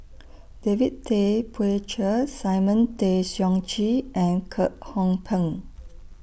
David Tay Poey Cher Simon Tay Seong Chee and Kwek Hong Png